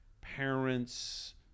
Parents